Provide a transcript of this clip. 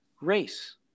race